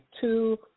two